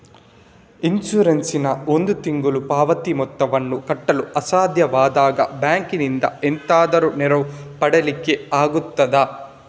Insurance ನ ಒಂದು ತಿಂಗಳ ಪಾವತಿ ಮೊತ್ತವನ್ನು ಕಟ್ಟಲು ಅಸಾಧ್ಯವಾದಾಗ ಬ್ಯಾಂಕಿನಿಂದ ಎಂತಾದರೂ ನೆರವು ಪಡಿಲಿಕ್ಕೆ ಆಗ್ತದಾ?